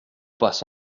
passe